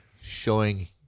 showing